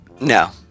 No